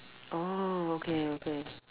oh okay okay